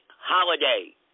holiday